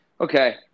Okay